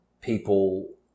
people